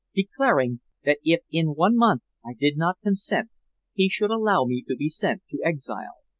declaring that if in one month i did not consent he should allow me to be sent to exile.